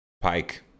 Pike